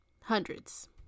Hundreds